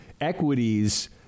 equities